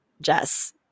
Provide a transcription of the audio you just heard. Jess